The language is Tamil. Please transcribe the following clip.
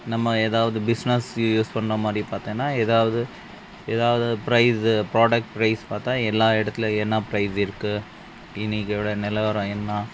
நம்ம எதாவது பிஸ்னஸு யூஸ் பண்ண மாதிரி பார்த்தன்னா எதாவது எதாவது பிரைஸு புராடக்ட் பிரைஸ் பார்த்தா எல்லா இடத்துல என்னா பிரைஸ் இருக்கு இன்னிக்கோட நிலவரோம் என்ன